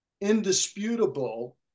indisputable